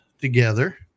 together